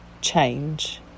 change